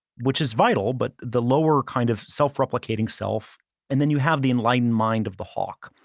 which is vital, but the lower kind of self-replicating self and then you have the enlightened mind of the hawk.